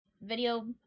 video